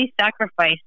sacrifice